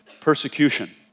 persecution